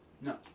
No